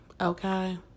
okay